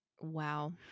Wow